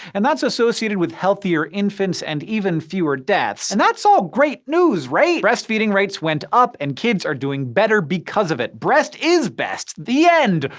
and that's associated with healthier infants and even fewer deaths. and that's all great news, right? breastfeeding rates went up, and kids are doing better because of it. breast is best. the end.